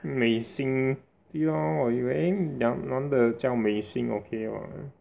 Mei Xin 对 loh 我以为男的叫 Mei Xin okay what